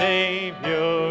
Savior